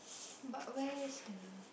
but where's the